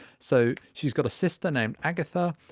so she's got a sister named agatha,